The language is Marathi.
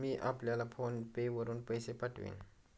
मी आपल्याला फोन पे वरुन पैसे पाठवीन